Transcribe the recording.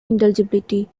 intelligibility